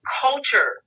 culture